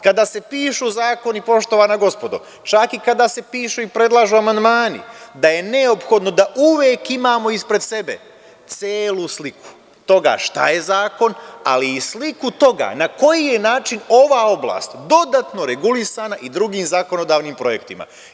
Kada se pišu zakoni, poštovana gospodo, čak i kada se pišu i predlažu amandmani, da je neophodno da uvek imamo ispred sebe celu sliku, toga šta je zakon, ali i sliku toga na koji je način ova oblast dodatno regulisana i drugim zakonodavnim projektima.